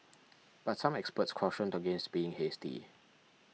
but some experts cautioned against being hasty